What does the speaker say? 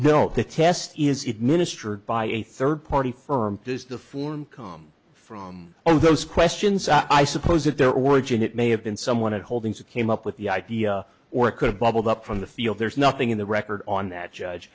no the test is it ministered by a third party firm does the form come from those questions i suppose at their origin it may have been someone at holdings that came up with the idea or could bubbled up from the field there's nothing in the record on that judge